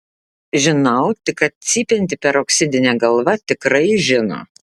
žinau tik kad cypianti peroksidinė galva tikrai žino